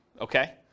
okay